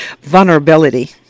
Vulnerability